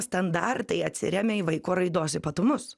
standartai atsiremia į vaiko raidos ypatumus